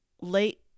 late